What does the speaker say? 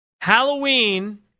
Halloween